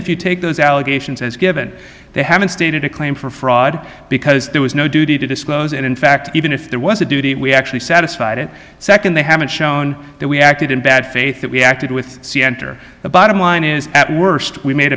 if you take those allegations as given they haven't stated a claim for fraud because there was no duty to disclose it in fact even if there was a duty we actually satisfied it second they haven't shown that we acted in bad faith that we acted with c n n or the bottom line is at worst we made